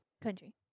Country